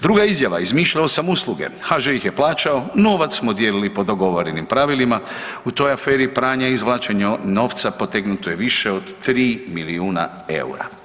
Druga izjava, izmišljao sam usluge, HŽ ih je plaćao, novac smo dijelili po dogovorenim pravilima, u toj aferi pranja i izvlačenja novca potegnuto je više od 3 milijuna eura.